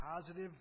positive